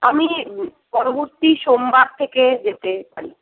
আমি পরবর্তী সোমবার থেকে যেতে পারি